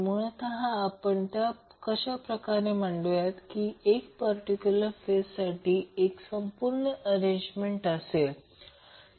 मुळतः आपण त्या अशाप्रकारे मांडूया की त्या 1 पर्टिक्युलर फेजसाठी 1 संपूर्ण अरेंजमेंट असेल